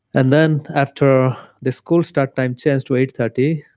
and then after the school start time changed to eight thirty,